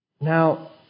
Now